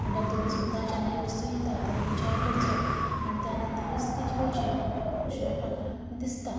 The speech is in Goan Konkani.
म्हणटा तुमी सुद्दां जेन्ना ही वस्तू घेतात विचार करचो आनी त्या नंतर ती घेवची अशें म्हाका दिसता